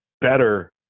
better